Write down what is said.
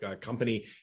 company